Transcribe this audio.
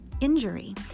injury